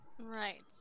Right